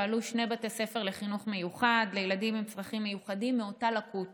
פעלו שני בתי ספר לחינוך מיוחד לילדים עם צרכים מיוחדים מאותה לקות